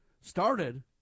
started